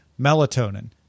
melatonin